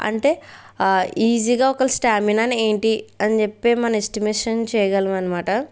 అంటే ఈజీగా ఒకళ్ళ స్టామినాని ఏంటి అని చెప్పే మన ఎస్టిమేషన్ చేయగలం అన్నమాట